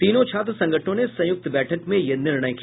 तीनों छात्र संगठनों ने संयुक्त बैठक में यह निर्णय किया